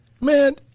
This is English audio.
man